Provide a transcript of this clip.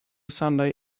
sunday